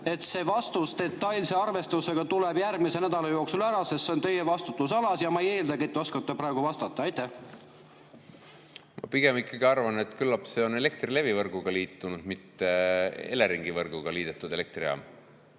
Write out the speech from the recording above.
et see vastus koos detailse arvestusega tuleb järgmise nädala jooksul, sest see on teie vastutusala. Ma ei eeldagi, et te oskate praegu vastata. Ma pigem arvan, et küllap see on ikkagi Elektrilevi võrguga liitunud, mitte Eleringi võrguga liidetud elektrijaam.